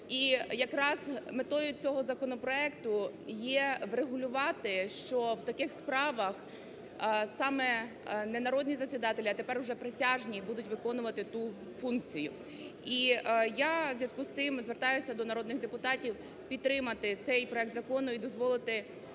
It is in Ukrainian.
І якраз метою цього законопроекту є врегулювати, що в таких справах саме не народні засідателі, а тепер уже присяжні будуть виконувати ту функцію. І я в зв'язку з цим звертаюся до народних депутатів підтримати цей проект закону і дозволити